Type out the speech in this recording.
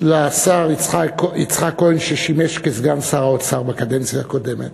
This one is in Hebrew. לשר יצחק כהן, ששימש סגן שר האוצר בקדנציה הקודמת,